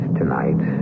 tonight